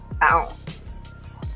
bounce